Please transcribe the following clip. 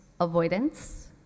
Avoidance